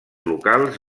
locals